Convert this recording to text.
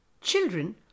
Children